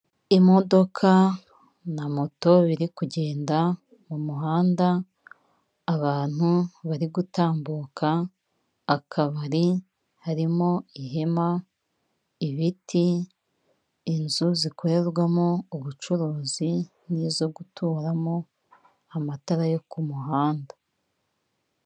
Imodoka na moto biri kugenda mu muhanda, abantu bari gutambuka, akabari harimo ihema, ibiti inzu zikorerwamo ubucuruzi n'izo guturamo, amatara yo ku muhanda.